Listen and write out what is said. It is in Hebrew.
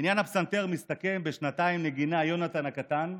ועניין הפסנתר מסתכם בשנתיים נגינה, יונתן הקטן.